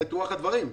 את רוח הדברים.